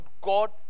God